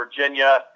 Virginia